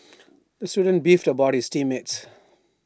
the student beefed about his team mates